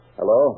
Hello